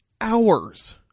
hours